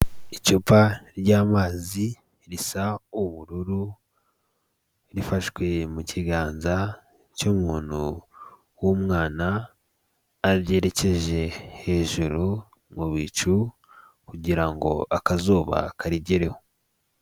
Icupa ry'amazi risa ubururu rifashwe mu kiganza cy'umuntu w'umwana, aryerekeje hejuru mu bicu kugira akazuba karigereho.